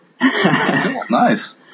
Nice